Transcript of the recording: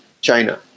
China